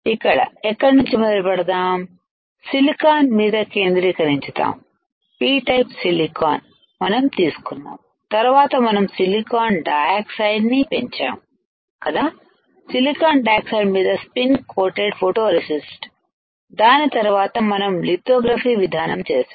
ఇక్కడ ఎక్కడి నుంచి మొదలు పెడదాం సిలికాన్ మీద కేంద్రీకరించి దాము P టైపు సిలికాన్ మనం తీసుకున్నాము తర్వాత మనం సిలికాన్ డయాక్సైడ్నీ పెంచాము కదా సిలికాన్ డయాక్సైడ్ మీద స్పిన్ కోటెడ్ ఫోటో రెసిస్టదాని తర్వాత మనం లితోగ్రఫీవిధానం చేశాం